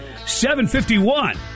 751